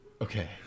Okay